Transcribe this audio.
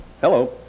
Hello